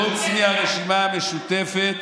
חוץ מהרשימה המשותפת